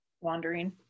wandering